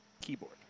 keyboard